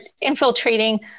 infiltrating